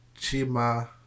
Chima